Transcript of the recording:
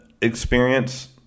experience